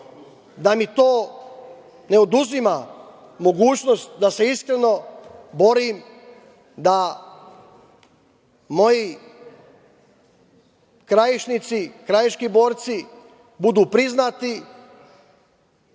da mi to ne oduzima mogućnost da se iskreno borim da moji Krajišnici, krajiški borci budu priznati